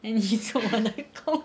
then 以后我来 cook